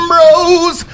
Bros